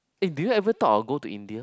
eh did you ever thought of going India